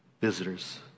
visitors